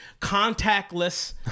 Contactless